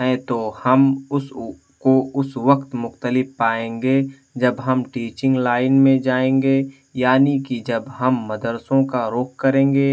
ہیں تو ہم اس کو اس وقت مختلف پائیں گے جب ہم ٹیچنگ لائن میں جائیں گے یعنی کہ جب ہم مدرسوں کا رخ کریں گے